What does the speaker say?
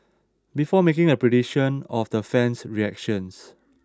before making a prediction of their fan's reactions